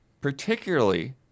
Particularly